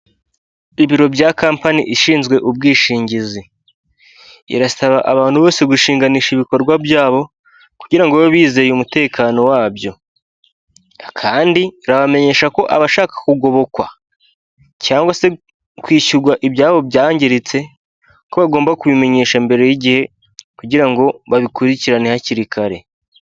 Ibiro bya kompani ishinzwe ubwishingizi, irasaba abantu bose gushinganisha ibikorwa byabo, kugira babe bizeye umutekano wabyo, kandi irabamenyesha ko abashaka kugobokwa cyangwa se kwishyurwa ibyabo byangiritse, ko bagomba kubimenyesha mbere y'igihe kugira ngo babikurikirane hakiri kare.